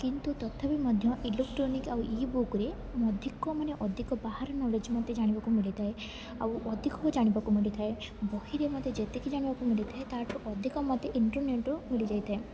କିନ୍ତୁ ତଥାପି ମଧ୍ୟ ଇଲେକ୍ଟ୍ରୋନିକ୍ ଆଉ ଇ ବୁକ୍ରେ ଅଧିକ ମାନେ ଅଧିକ ବାହାର ନଲେଜ୍ ମତେ ଜାଣିବାକୁ ମିଳିଥାଏ ଆଉ ଅଧିକ ଜାଣିବାକୁ ମିଳିଥାଏ ବହିରେ ମୋତେ ଯେତିକି ଜାଣିବାକୁ ମିଳିଥାଏ ତାଠୁ ଅଧିକ ମୋତେ ଇଣ୍ଟରନେଟ୍ରୁ ମିଳିଯାଇଥାଏ